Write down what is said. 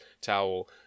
towel